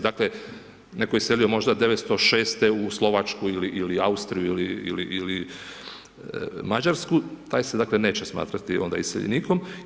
Dakle, netko je iselio možda 1906. u Slovačku ili Austriju ili Mađarsku, taj se dakle, neće smatrati onda iseljenikom.